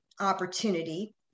opportunity